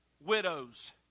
widows